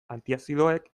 antiazidoek